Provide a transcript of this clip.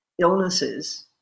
illnesses